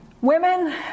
women